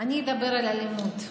אני אדבר על אלימות.